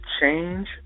Change